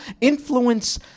influence